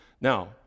Now